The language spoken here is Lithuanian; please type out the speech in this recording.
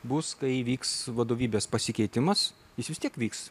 bus kai įvyks vadovybės pasikeitimas jis vis tiek vyks